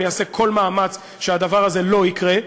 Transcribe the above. ואני אעשה כל מאמץ שהדבר הזה לא יקרה,